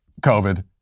COVID